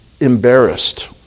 embarrassed